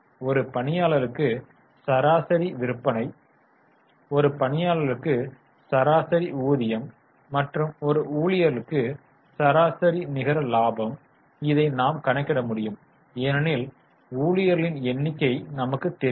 ஒரு பணியாளருக்கு சராசரி விற்பனை ஒரு பணியாளருக்கு சராசரி ஊதியம் மற்றும் ஒரு ஊழியருக்கு சராசரி நிகர லாபம் இதை நாம் கணக்கிட முடியும் ஏனெனில் ஊழியர்களின் எண்ணிக்கை நமக்குத் தெரியும்